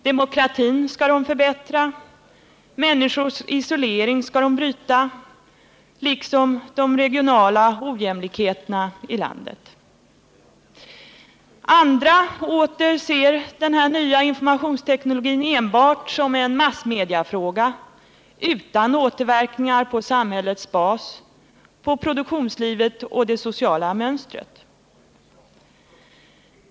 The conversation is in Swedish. Demokratin skall de förbättra, människors isolering skall de bryta liksom de regionala ojämlikheterna i landet. Andra åter ser denna nya informationsteknologi enbart som en massmediefråga utan återverkningar på samhällets bas, på produktionslivet och det sociala mönstret.